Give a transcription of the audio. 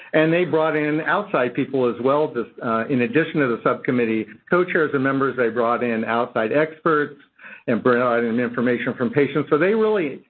and they brought in outside people, as well, just in addition to the subcommittee co-chairs and members, they brought in outside experts and brought ah and in and information patients. so, they really,